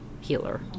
healer